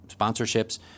sponsorships